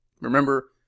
Remember